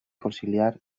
conciliar